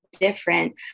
different